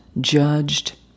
judged